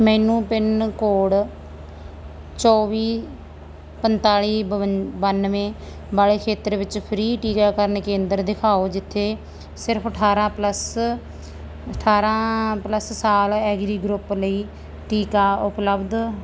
ਮੈਨੂੰ pin code ਚੌਵੀ ਪੰਤਾਲੀ ਬਵੰ ਬਾਨਵੇਂ ਵਾਲੇ ਖੇਤਰ ਵਿੱਚ ਫ੍ਰੀ ਟੀਕਾਕਰਨ ਕੇਂਦਰ ਦਿਖਾਓ ਜਿੱਥੇ ਸਿਰਫ਼ ਅਠਾਰਾਂ ਪਲੱਸ ਅਠਾਰਾਂ ਪਲੱਸ ਸਾਲ ਐਗਰੀ ਗਰੁੱਪ ਲਈ ਟੀਕਾ ਉਪਲੱਬਧ